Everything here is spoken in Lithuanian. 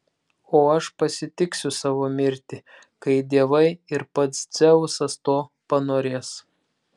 o aš pasitiksiu savo mirtį kai dievai ir pats dzeusas to panorės